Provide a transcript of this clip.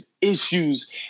issues